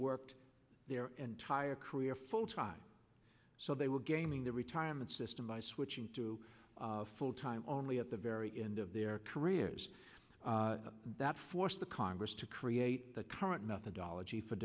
worked their entire career full tried so they were gaming the retirement system by switching to full time only at the very end of their careers that forced the congress to create the current methodology for